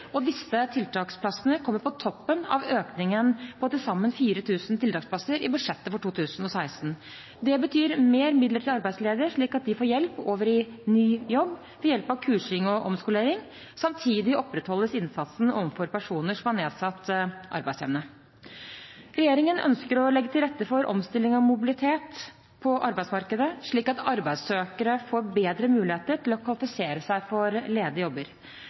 Disse tiltaksplassene kommer på toppen av økningen på til sammen 4 000 tiltaksplasser i budsjettet for 2016. Det betyr mer midler til arbeidsledige, slik at de får hjelp over i ny jobb ved hjelp av kursing og omskolering. Samtidig opprettholdes innsatsen overfor personer som har nedsatt arbeidsevne. Regjeringen ønsker å legge til rette for omstilling og mobilitet på arbeidsmarkedet, slik at arbeidssøkere får bedre muligheter for å kvalifisere seg for ledige jobber.